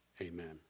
Amen